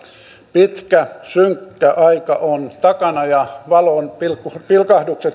pitkä synkkä aika on takana ja valonpilkahdukset